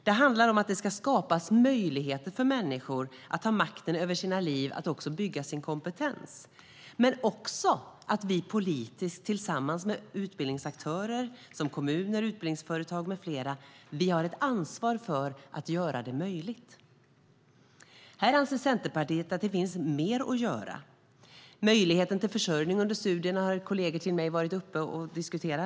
Det handlar om att det ska skapas möjligheter för människor att ta makten över sina liv och bygga sin kompetens, men också om att vi politiskt tillsammans med utbildningsaktörer som kommuner, utbildningsföretag med flera har ett ansvar för att göra det möjligt. Här anser Centerpartiet att det finns mer att göra. Möjligheten till försörjning under studierna har kolleger till mig varit uppe och diskuterat.